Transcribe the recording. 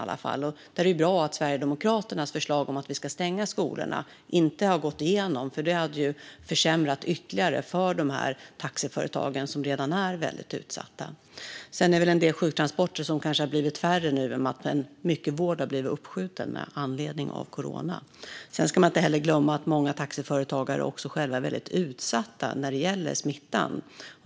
Det är därför bra att Sverigedemokraternas förslag om att vi skulle stänga skolorna inte gick igenom. Det hade ytterligare försämrat för taxiföretag, som redan är väldigt utsatta. En del sjuktransporter har dock kanske blivit färre nu eftersom mycket vård att blivit uppskjuten med anledning av corona. Man ska inte glömma att många taxiföretagare själva är väldigt utsatta när det gäller smittan.